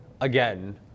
again